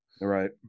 Right